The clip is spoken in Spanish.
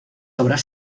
obras